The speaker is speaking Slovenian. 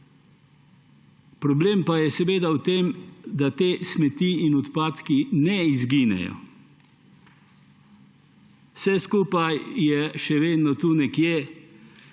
Problem pa je v tem, da ti smeti in odpadki ne izginejo, vse skupaj je še vedno tu nekje,